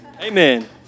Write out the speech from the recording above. Amen